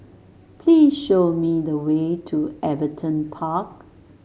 please show me the way to Everton Park